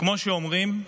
כמו שאומרים,